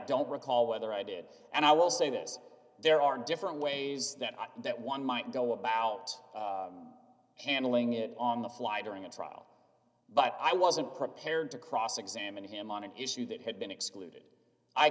don't recall whether i did and i will say this there are different ways that that one might go about handling it on the fly during the trial but i wasn't prepared to cross examine him on an issue that had been excluded i